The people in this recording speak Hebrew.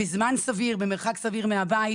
בזמן סביר ובמרחק סביר מהבית,